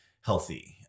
healthy